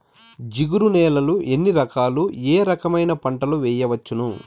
జిగురు నేలలు ఎన్ని రకాలు ఏ రకమైన పంటలు వేయవచ్చును?